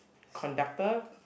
conductor